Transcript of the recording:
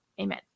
Amen